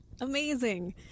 amazing